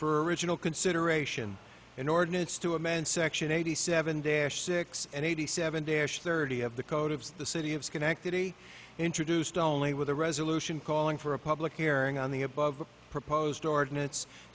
for original consideration in ordinance to amend section eighty seven dash six and eighty seven dash thirty of the code of the city of schenectady introduced only with a resolution calling for a public hearing on the above proposed ordina